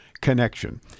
connection